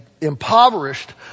impoverished